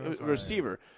Receiver